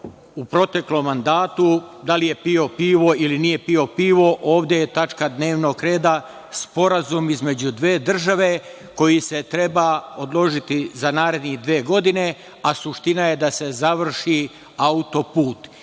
u proteklom mandatu, da li je pio pivo ili nije pio pivo? Ovde je tačka dnevnog reda sporazum između dve države koji se treba odložiti za naredne dve godine, a suština je da se završi autoput.